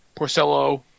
Porcello